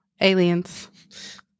Aliens